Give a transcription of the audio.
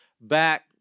back